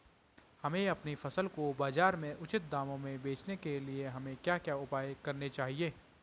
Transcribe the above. हमें अपनी फसल को बाज़ार में उचित दामों में बेचने के लिए हमें क्या क्या उपाय करने चाहिए?